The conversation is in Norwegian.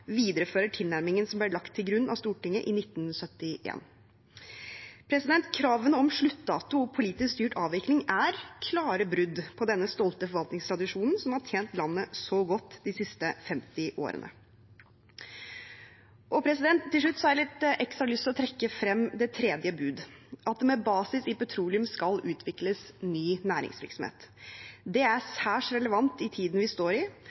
viderefører tilnærmingen som ble lagt til grunn av Stortinget i 1971. Kravene om sluttdato og politisk styrt avvikling er klare brudd på denne stolte forvaltningstradisjonen som har tjent landet så godt de siste 50 årene. Til slutt har jeg lyst til å trekke frem det tredje bud, at det med basis i petroleum skal utvikles ny næringsvirksomhet. Det er særs relevant i tiden vi står i,